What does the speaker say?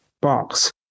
box